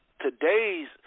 today's